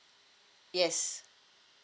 yes